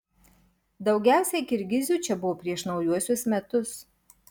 daugiausiai kirgizių čia buvo prieš naujuosius metus